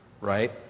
right